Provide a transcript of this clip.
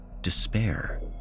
despair